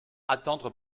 attendre